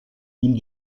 îles